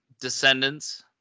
descendants